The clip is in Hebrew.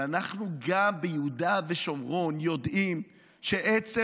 אבל אנחנו גם ביהודה ושומרון יודעים שעצם